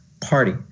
party